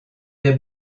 des